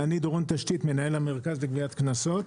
מנהל המרכז לגביית קנסות.